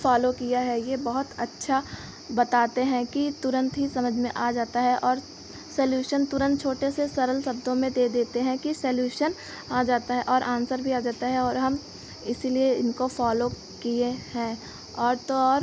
follow किया है यह बहुत अच्छा बताते हैं कि तुरन्त ही समझ में आ जाता है और सॉल्यूशन तुरन्त छोटे से सरल शब्दों में दे देते हैं कि सॉल्यूशन आ जाता है और आन्सर भी आ जाता है और हम इसीलिए इनको फॉलो किए हैं और तो और